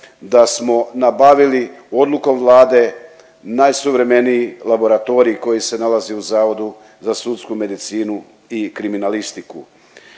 da smo nabavili odlukom Vlade najsuvremeniji laboratorij koji se nalazi u Zavodu za sudsku medicinu i kriminalistiku,